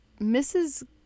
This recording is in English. Mrs